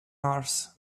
mars